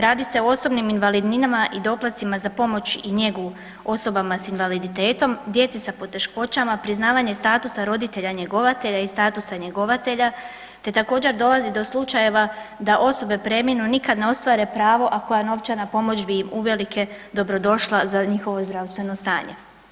Radi se o osobnim invalidninama i doplatcima za pomoć i njegu osobama s invaliditetom, djeci sa poteškoćama, priznavanje statusa roditelja njegovatelja i statusa njegovatelja te također dolazi do slučajeva da osobe preminu, nikad ne ostvare pravo, a koja novčana pomoć bi im uvelike dobrodošla za njihovo zdravstveno stanje.